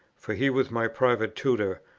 for he was my private tutor,